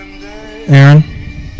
Aaron